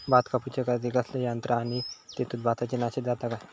भात कापूच्या खाती कसले यांत्रा आसत आणि तेतुत भाताची नाशादी जाता काय?